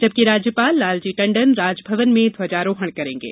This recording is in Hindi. जबकि राज्यपाल लालजी टंडन राजभवन में ध्वजारोहण करेंगे